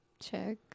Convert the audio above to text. Check